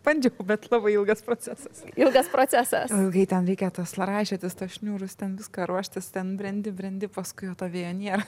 bandžiau bet labai ilgas procesas ilgas procesas kai ten reikia ten raišiotis tuos šniūrus ten viską ruoštis ten brendi brendi paskui o to vėjonėra